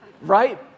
right